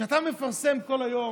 כשאתה מפרסם כל היום: